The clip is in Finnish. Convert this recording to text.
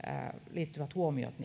liittyvät huomiot